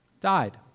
died